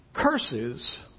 Curses